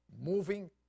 moving